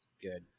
good